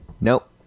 Nope